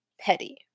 petty